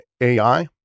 AI